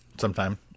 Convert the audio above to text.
sometime